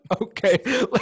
okay